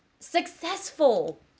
Successful